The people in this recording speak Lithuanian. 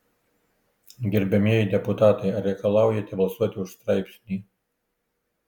gerbiamieji deputatai ar reikalaujate balsuoti už straipsnį